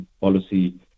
policy